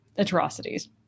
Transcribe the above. atrocities